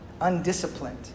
undisciplined